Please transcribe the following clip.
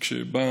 משבא